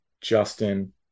Justin